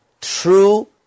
true